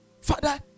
Father